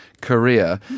Korea